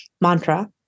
mantra